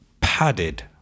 Padded